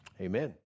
Amen